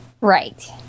Right